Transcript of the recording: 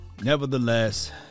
Nevertheless